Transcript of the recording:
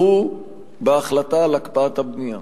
שתמכו בהחלטה על הקפאת הבנייה